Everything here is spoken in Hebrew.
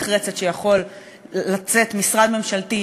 הרבה הרבה יותר הדוק ממה שהיינו רוצים לראות כאזרחיות וכאזרחים,